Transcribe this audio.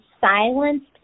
silenced